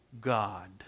God